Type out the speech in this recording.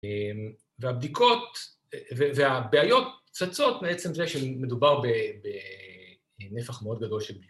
‫והבדיקות והבעיות צצות ‫מעצם זה שמדובר ‫בנפח מאוד גדול של ב...